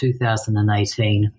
2018